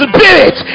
Spirit